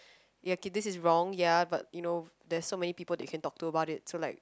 ya okay this is wrong ya but you know there's so many people that you can talk to about it so like